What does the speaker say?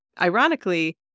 Ironically